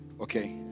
Okay